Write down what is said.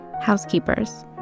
housekeepers